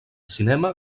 cinema